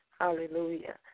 Hallelujah